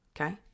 Okay